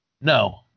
No